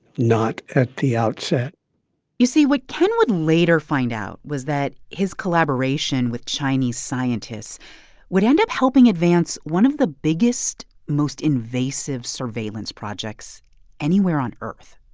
not at the outset you see, what ken would later find out was that his collaboration with chinese scientists would end up helping advance one of the biggest, most invasive surveillance projects anywhere on earth